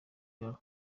yabo